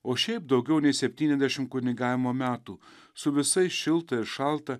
o šiaip daugiau nei septyniasdešimt kunigavimo metų su visais šilta ir šalta